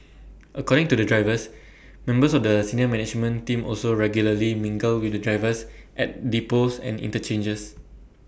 according to the drivers members of the senior management team also regularly mingle with the drivers at depots and interchanges